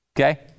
okay